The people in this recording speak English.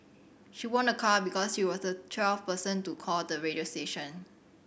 she won a car because she was the twelfth person to call the radio station